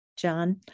John